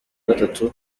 gatatu